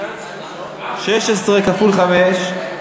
שש כפול חמש.